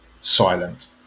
silent